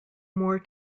more